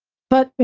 but, you